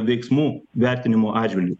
veiksmų vertinimo atžvilgiu